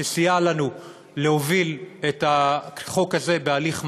שסייע לנו להוביל את החוק הזה בהליך מהיר,